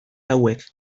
hauek